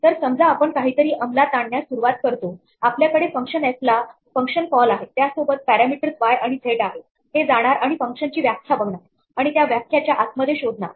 तर समजा आपण काहीतरी अंमलात आणण्यास सुरुवात करतो आपल्याकडे फंक्शन एफ ला फंक्शन कॉल आहे त्यासोबत पॅरामीटर्स वाय आणि झेड आहे हे जाणार आणि फंक्शन ची व्याख्या बघणार आणि त्या व्याख्या च्या आत मध्ये शोधणार